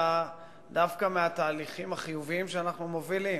דווקא מהתהליכים החיוביים שאנחנו מובילים,